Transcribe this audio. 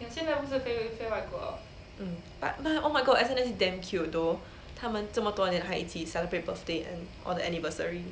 mm but oh my god S_N_S_D damn cute though 他们这么多年了还一起 celebrate birthday and or the anniversary